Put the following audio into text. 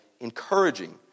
encouraging